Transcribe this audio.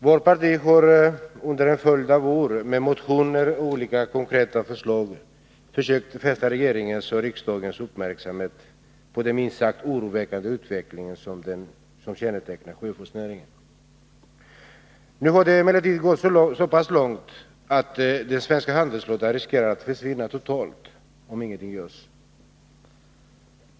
Herr talman! Vårt parti har under en följd av år med motioner och olika konkreta förslag försökt fästa regeringens och riksdagens uppmärksamhet på den minst sagt oroväckande utveckling som kännetecknar sjöfartsnäringen. Nu har det emellertid gått så pass långt att den svenska handelsflottan riskerar att försvinna totalt om ingenting görs.